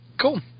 Cool